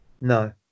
No